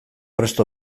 prest